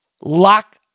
Lock